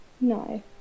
No